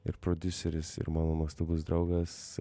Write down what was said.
ir prodiuseris ir mano nuostabus draugas